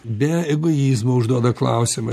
be egoizmo užduoda klausimą